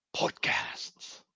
podcasts